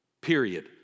period